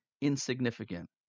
insignificant